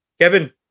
Kevin